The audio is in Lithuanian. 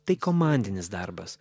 tai komandinis darbas